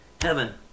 heaven